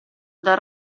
dal